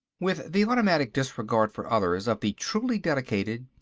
with the automatic disregard for others of the truly dedicated,